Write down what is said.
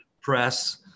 press